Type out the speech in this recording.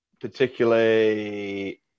particularly